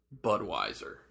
Budweiser